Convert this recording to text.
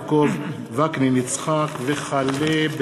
יעקב מרגי ויצחק וקנין,